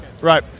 Right